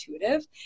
intuitive